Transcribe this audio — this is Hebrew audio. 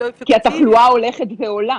כי התחלואה הולכת ועולה.